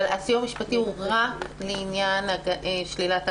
הסיוע המשפטי הוא רק לעניין שלילת האפוטרופסות.